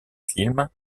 film